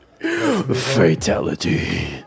Fatality